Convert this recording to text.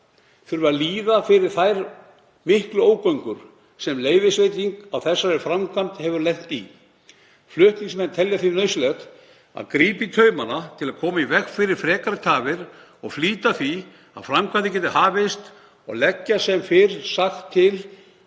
þurfi að líða fyrir þær miklu ógöngur sem leyfisveiting til þessarar framkvæmdar hefur lent í. Flutningsmenn telja því nauðsynlegt að grípa í taumana til að koma í veg fyrir frekari tafir og flýta því að framkvæmdir geti hafist og leggja sem fyrr segir til